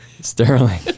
Sterling